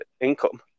income